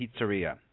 pizzeria